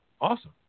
Awesome